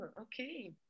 okay